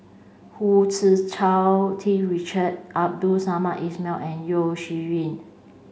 Hu Tsu Tau T Richard Abdul Samad Ismail and Yeo Shih Yun